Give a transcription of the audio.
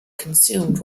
consumed